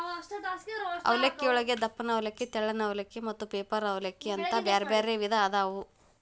ಅವಲಕ್ಕಿಯೊಳಗ ದಪ್ಪನ ಅವಲಕ್ಕಿ, ತೆಳ್ಳನ ಅವಲಕ್ಕಿ, ಮತ್ತ ಪೇಪರ್ ಅವಲಲಕ್ಕಿ ಅಂತ ಬ್ಯಾರ್ಬ್ಯಾರೇ ವಿಧ ಅದಾವು